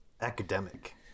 academic